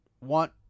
want